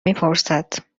میپرسد